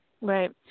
right